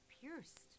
pierced